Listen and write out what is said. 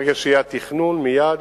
ברגע שיהיה התכנון, מייד